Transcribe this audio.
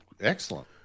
excellent